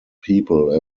people